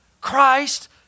Christ